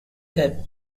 hip